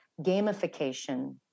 gamification